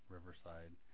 Riverside